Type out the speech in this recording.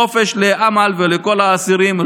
חופש לאמל ולכל האסירים.